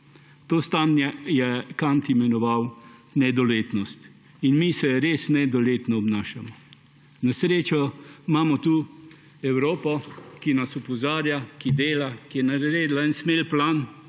To stanje je Kant imenoval nedoletnost. In mi se res nedoletno obnašamo. Na srečo imamo tu Evropo, ki nas opozarja, ki dela, ki je naredila en smel plan